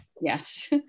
Yes